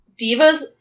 Divas